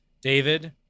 david